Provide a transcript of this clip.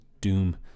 doom